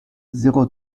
zéro